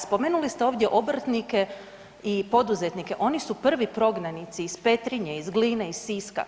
Spomenuli ste ovdje obrtnike i poduzetnike oni su prvi prognanici iz Petrinje, iz Gline, iz Siska.